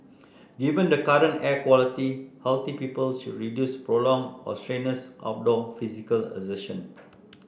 given the current air quality healthy people should reduce prolonged or strenuous outdoor physical exertion